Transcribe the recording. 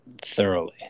thoroughly